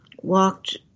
walked